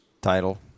Title